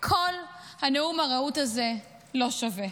וכל הנאום הרהוט הזה לא שווה.